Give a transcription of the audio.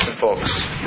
folks